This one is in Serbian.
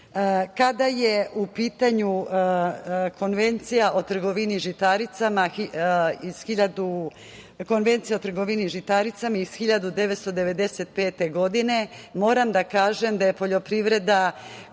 je u pitanju Konvencija o trgovini žitaricama iz 1995. godine, moram da kažem da je poljoprivreda,